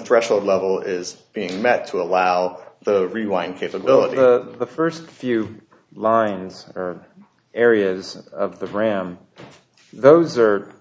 threshold level is being met to allow the rewind capability the first few lines or areas of the ram those are